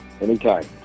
Anytime